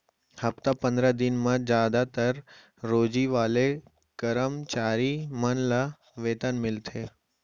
हप्ता पंदरा दिन म जादातर रोजी वाले करम चारी मन ल वेतन मिलथे